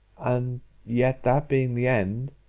and yet that being the end,